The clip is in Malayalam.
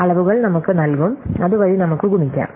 അളവുകൾ നമുക്ക് നൽകും അതുവഴി നമുക്ക് ഗുണിക്കാം